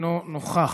אינו נוכח,